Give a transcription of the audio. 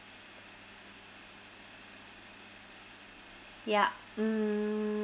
ya mm